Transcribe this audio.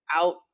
out